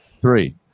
three